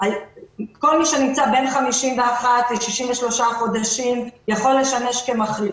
כל מי שנמצא בין 51 ל-63 חודשים יכול לשמש כמחליף.